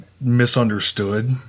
misunderstood